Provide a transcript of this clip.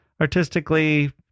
Artistically